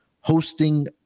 hosting